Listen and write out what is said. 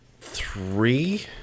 three